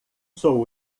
sou